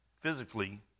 physically